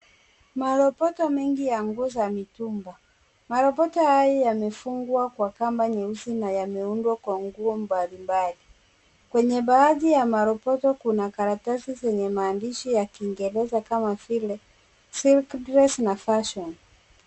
Maroboto mengi ya nguo za mitumba. Maroboto haya yamefungwa kwa kamba nyeusi na yameundwa kwa nguo mbalimbali. Kwenye baadhi ya maroboto kuna karatasi zenye maandishi ya kiingereza kama vile Silk Dress na Fashion .